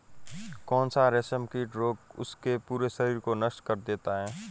कौन सा रेशमकीट रोग उसके पूरे शरीर को नष्ट कर देता है?